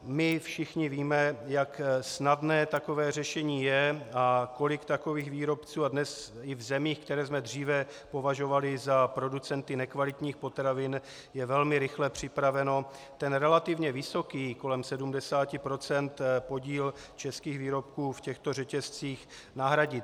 My všichni víme, jak snadné takové řešení je a kolik takových výrobců, a dnes i v zemích, které jsme dříve považovali za producenty nekvalitních potravin, je velmi rychle připraveno ten relativně vysoký kolem 75 procent podíl českých výrobků v těchto řetězcích nahradit.